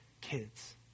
kids